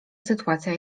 sytuacja